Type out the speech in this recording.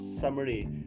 summary